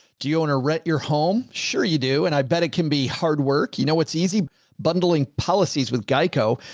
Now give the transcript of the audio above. do you own or rent your home? sure you do. and i bet it can be hard work. you know, what's easy bundling policies with geico.